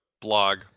blog